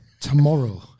Tomorrow